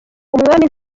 umwami